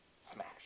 Smash